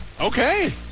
Okay